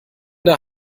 der